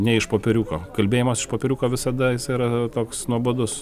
ne iš popieriuko kalbėjimas iš popieriuko visada jis yra toks nuobodus